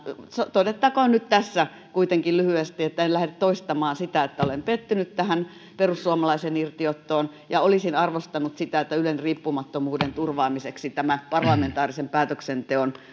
todettakoon nyt tässä kuitenkin lyhyesti en lähde toistamaan sitä että olen pettynyt tähän perussuomalaisten irtiottoon ja olisin arvostanut sitä että ylen riippumattomuuden turvaamiseksi tämä parlamentaarisen päätöksenteon